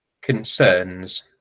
concerns